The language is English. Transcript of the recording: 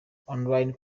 online